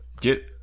Get